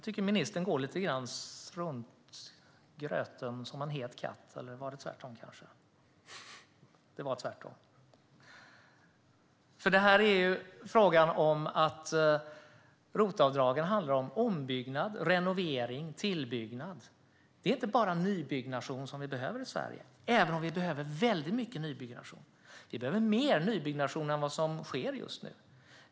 Herr talman! Jag tycker att ministern går lite grann som en katt kring het gröt. ROT-avdragen handlar om ombyggnad, renovering och tillbyggnad. Det är inte bara nybyggnation som vi behöver i Sverige, även om vi behöver väldigt mycket nybyggnation. Vi behöver mer nybyggnation än vad som sker just nu.